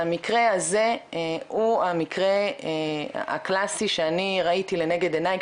המקרה הזה הוא המקרה הקלאסי שאני ראיתי לנגד עיניי,